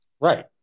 Right